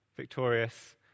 victorious